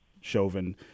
Chauvin